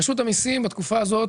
רשות המיסים בתקופה הזאת